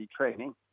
training